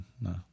no